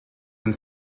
and